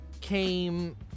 came